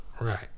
Right